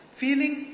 Feeling